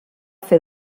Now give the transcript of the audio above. fer